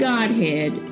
Godhead